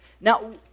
Now